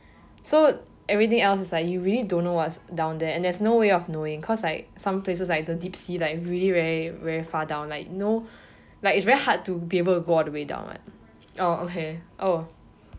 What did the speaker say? so everything else is like you really don't know what's down there and there's no way of knowing cause like some places like the deep sea like really very very far down like no like it's very hard to be able to go all the way down [what] oh okay oh